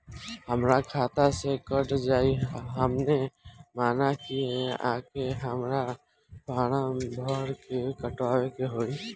हमरा खाता से कट जायी अपने माने की आके हमरा फारम भर के कटवाए के होई?